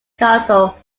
castle